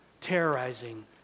terrorizing